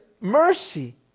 mercy